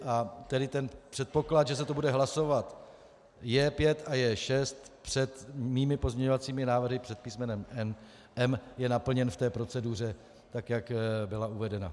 A tedy ten předpoklad, že se to bude hlasovat J5 a J6 před mými pozměňovacími návrhy před písmenem M je naplněn v té proceduře tak, jak byla uvedena.